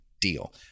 deal